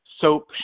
soap